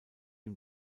ihm